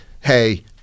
hey